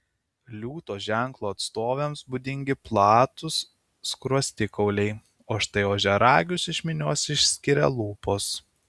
liūto ženklo atstovėms būdingi platūs skruostikauliai o štai ožiaragius iš minios išskiria lūpos